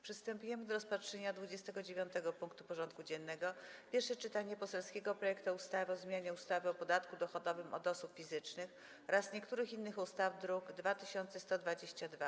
Przystępujemy do rozpatrzenia punktu 29. porządku dziennego: Pierwsze czytanie poselskiego projektu ustawy o zmianie ustawy o podatku dochodowym od osób fizycznych oraz niektórych innych ustaw (druk nr 2122)